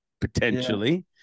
potentially